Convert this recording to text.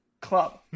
club